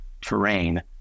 terrain